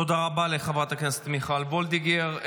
תודה רבה לחברת הכנסת מיכל וולדיגר.